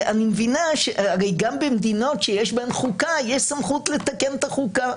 גם במדינות שיש בהן חוקה, יש סמכות לתקן את החוקה.